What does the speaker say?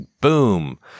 boom